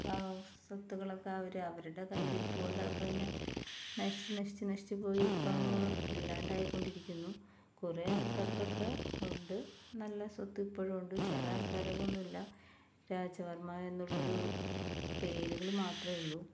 ആ സ്വത്തുകള് ഒക്കെ അവര് അവരുടെ കൈയിലിരിപ്പ് കൊണ്ട് അതൊക്കെതന്നെ നശിച്ച് നശിച്ച് നശിച്ച് പോയി ഇപ്പം അങ്ങ് ഇല്ലാണ്ടായിക്കൊണ്ടിരിക്കുന്നു കുറേ ആള്ക്കാര്ക്കൊക്കെ ഉണ്ട് നല്ല സ്വത്ത് ഇപ്പഴും ഉണ്ട് ചില ആള്ക്കാര്ക്ക് ഒന്നും ഇല്ല രാജവര്മ്മ എന്നുള്ളൊരു പേരുകള് മാത്രമെ ഉള്ളൂ